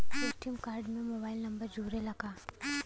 ATM card में mobile number जुरेला का?